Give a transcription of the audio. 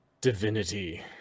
divinity